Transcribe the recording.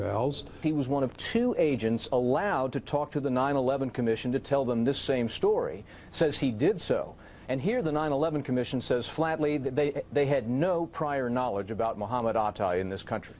bells he was one of two agents allowed to talk to the nine eleven commission to tell them the same story says he did so and here the nine eleven commission says flatly that they had no prior knowledge about mohammad atai in this country